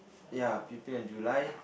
ya p_o_p on July